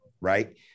right